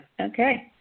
Okay